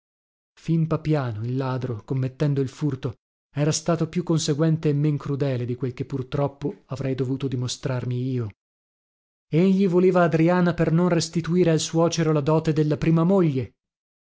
soffrivo fin papiano il ladro commettendo il furto era stato più conseguente e men crudele di quel che pur troppo avrei dovuto dimostrarmi io egli voleva adriana per non restituire al suocero la dote della prima moglie